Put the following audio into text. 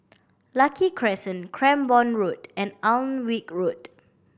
Lucky Crescent Cranborne Road and Alnwick Road